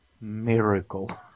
Miracle